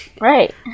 right